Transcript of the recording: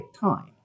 time